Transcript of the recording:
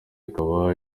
ikaba